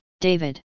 David